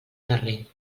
terrer